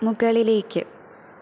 മുകളിലേക്ക്